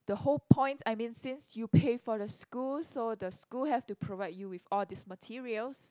the whole point I mean since you pay for the school so the school have to provide you with all these materials